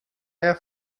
der